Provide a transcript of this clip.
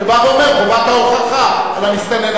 שבא ואומר: חובת ההוכחה על המסתנן.